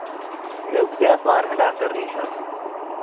مےٚ بہٕ گٔیاس واریاہن ڈاکٹَرَن نِش حظ